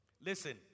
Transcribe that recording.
Listen